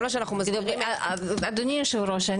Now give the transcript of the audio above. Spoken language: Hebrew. אדוני היושב-ראש,